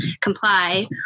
comply